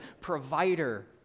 provider